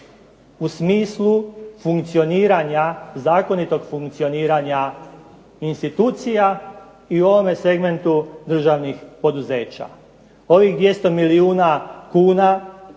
u smislu funkcioniranja, zakonitog funkcioniranja institucija i u ovome segmentu državnih poduzeća. Ovih 200 milijuna kuna